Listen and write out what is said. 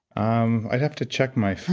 um i have to check my